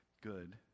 good